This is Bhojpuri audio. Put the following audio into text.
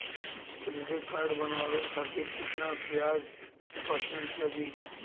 क्रेडिट कार्ड बनवाने खातिर ब्याज कितना परसेंट लगी?